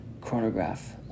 chronograph